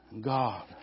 God